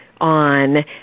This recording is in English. on